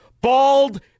Bald